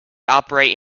operate